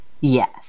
Yes